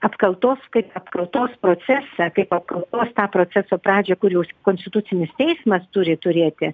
apkaltos kaip apkaltos procesą kaip apkaltos tą proceso pradžią kur jaus konstitucinis teismas turi turėti